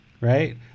right